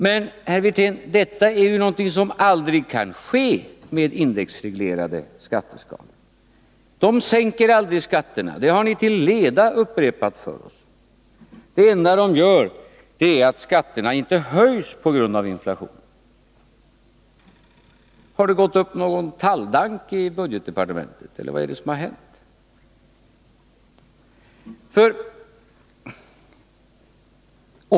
Men, herr Wirtén, detta är ju något som aldrig kan ske med indexreglerade skatteskalor. De sänker aldrig skatterna, det har ni till leda upprepat för oss. Det enda som de innebär är att skatterna inte höjs på grund av inflationen. Har det gått upp en talgdank i budgetdepartementet, eller vad är det som har hänt?